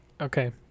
Okay